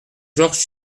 georges